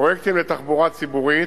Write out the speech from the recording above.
פרויקטים לתחבורה ציבורית,